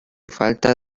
falta